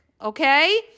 Okay